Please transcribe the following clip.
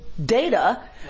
Data